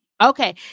Okay